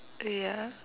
ya